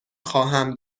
خواهم